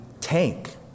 tank